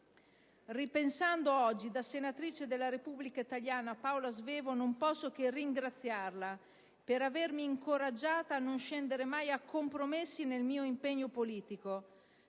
Ripensando oggi, da senatrice della Repubblica italiana, a Paola Svevo, non posso che ringraziarla per avermi incoraggiata a non scendere mai a compromessi nel mio impegno politico,